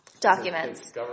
documents